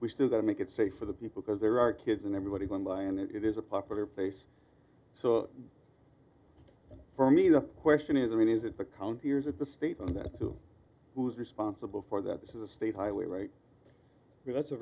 we still don't make it safe for the people because there are kids and everybody going by and it is a popular place so for me the question is i mean is it the county years at the state and that too who's responsible for that this is a state highway right there that's a